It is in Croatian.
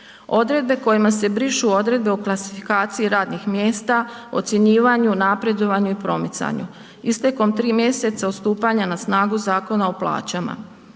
odredbe kojima se brišu odredbe o klasifikaciji radnih mjesta, ocjenjivanju, napredovanju i promicanju. Istekom tri mjeseca od stupanja na snagu Zakona o plaćama,